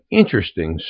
interesting